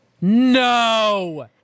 No